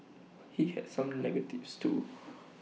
he had some negatives too